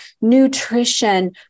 nutrition